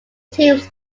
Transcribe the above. teams